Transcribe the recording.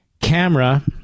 Camera